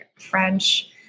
French